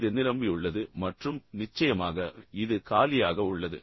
இது நிரம்பியுள்ளது மற்றும் நிச்சயமாக இது காலியாக உள்ளது